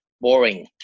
boring